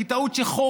כי היא טעות שחורגת